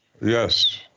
yes